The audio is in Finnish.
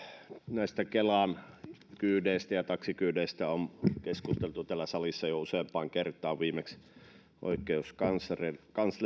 näistä kelan kyydeistä ja taksikyydeistä on keskusteltu täällä salissa jo useampaan kertaan viimeksi oikeuskanslerin